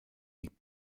die